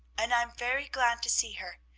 and i'm very glad to see her.